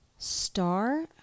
Star